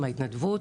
עם ההתנדבות.